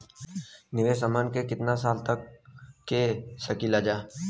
निवेश हमहन के कितना साल तक के सकीलाजा?